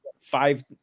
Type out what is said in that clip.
five